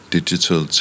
Digital